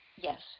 Yes